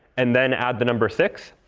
and then add the number six.